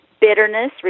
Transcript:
bitterness